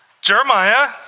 Jeremiah